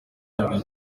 yabwiye